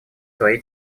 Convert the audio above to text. свои